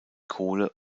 kohle